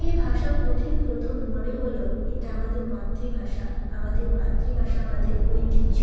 এই ভাষা কঠিন প্রথম মনে হলেও এটা আমাদের মাতৃভাষা আমাদের মাতৃভাষা আমাদের ঐতিহ্য